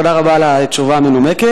תודה רבה על התשובה המנומקת.